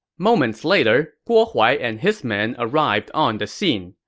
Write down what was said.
moments later, guo huai and his men arrived on the scene.